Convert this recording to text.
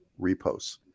Reposts